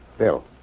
Bill